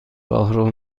راهرو